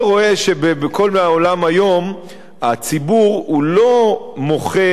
ורואה שבכל העולם היום הציבור לא מוחה,